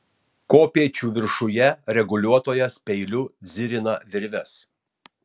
kopėčių viršuje reguliuotojas peiliu dzirina virves